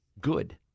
Good